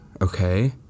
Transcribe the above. okay